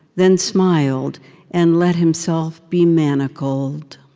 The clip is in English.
then smiled and let himself be manacled.